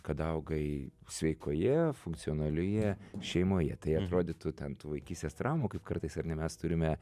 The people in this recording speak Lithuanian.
kad augai sveikoje funkcionalioje šeimoje tai atrodytų ten tų vaikystės traumų kaip kartais ar ne mes turime